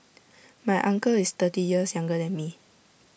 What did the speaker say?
my uncle is thirty years younger than me